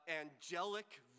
angelic